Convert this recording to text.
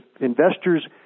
investors